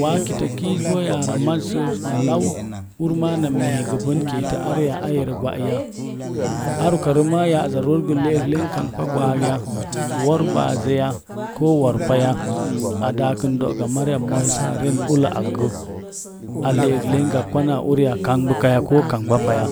Waa kitakiiz bo yara mazəz na lau urma na mee gabən kete ara ya a yerk gwa ya? Ar uka rema ge yaza rooz le'ek len kamkpa gwaag ya? Woor baaz ya? Koo woo̱r pa ya? A daakən doga mariya moi sə a ren ullə akge a le'ek gake pa na urya kangbi kaya koo kangba paya?